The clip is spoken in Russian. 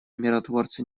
миротворцы